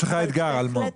יש לך אתגר, אלמוג.